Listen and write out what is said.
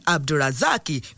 Abdurazaki